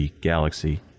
Galaxy